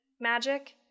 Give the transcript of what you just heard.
magic